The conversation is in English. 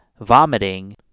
vomiting